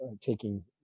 taking